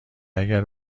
اگر